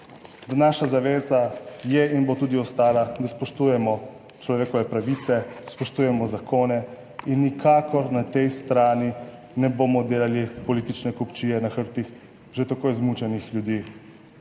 naša zaveza je in bo tudi ostala, da spoštujemo človekove pravice, spoštujemo zakone in nikakor na tej strani ne bomo delali politične kupčije na hrbtih že tako izmučenih ljudi,